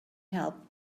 help